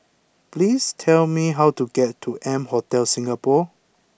please tell me how to get to M Hotel Singapore